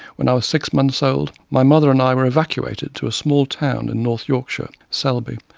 when i was six months old, my mother and i were evacuated to a small town in north yorkshire, selby.